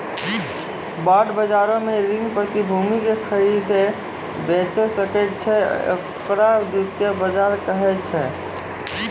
bond बजारो मे ऋण प्रतिभूति के खरीदै बेचै सकै छै, ओकरा द्वितीय बजार कहै छै